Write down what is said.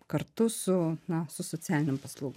kartu su na su socialinėm paslaugom